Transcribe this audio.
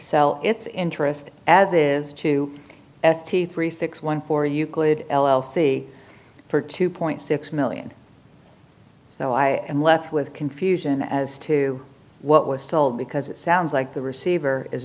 sell its interest as it is to f t three six one for euclid l l c for two point six million so i am left with confusion as to what was told because it sounds like the receiver is